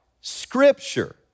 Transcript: Scripture